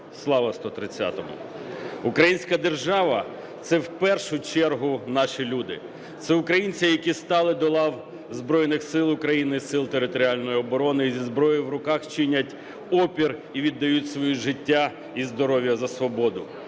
Слава 130-му! Українська держава – це в першу чергу наші люди. Це українці, які стали до лав Збройних Сил України, Сил територіальної оборони і зі зброєю в руках чинять опір і віддають свої життя і здоров'я за свободу.